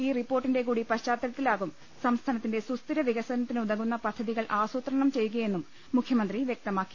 ഈ റിപ്പോർട്ടിന്റെ കൂടി പശ്ചാത്ത ലത്തിലാകും സംസ്ഥാനത്തിന്റെ സുസ്ഥിര വികസനത്തി നുതകുന്ന പദ്ധതികൾ ആസൂത്രണം ചെയ്യുകയെന്നും മുഖ്യമന്ത്രി വ്യക്തമാക്കി